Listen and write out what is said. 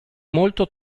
molto